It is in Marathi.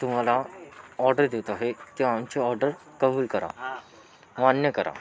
तुम्हाला ऑर्डर देत आहे ती आमची ऑर्डर कबूल करा मान्य करा